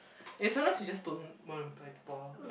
and sometimes you just don't want to reply people like